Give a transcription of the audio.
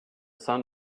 sun